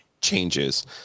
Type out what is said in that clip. changes